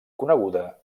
coneguda